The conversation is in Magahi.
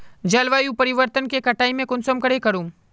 जलवायु परिवर्तन के कटाई में कुंसम करे करूम?